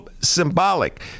symbolic